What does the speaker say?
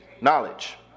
Knowledge